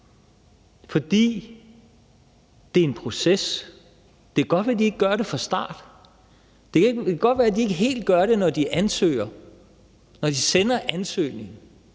for det er en proces. Det kan godt være, at de ikke lever op til dem fra starten. Det kan godt være, at de ikke helt gør det, når de ansøger, altså når de sender ansøgningen.